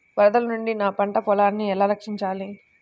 వరదల నుండి నా పంట పొలాలని ఎలా రక్షించాలి?